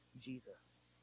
jesus